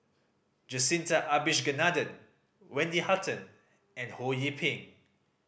Jacintha Abisheganaden Wendy Hutton and Ho Yee Ping